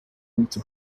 into